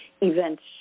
events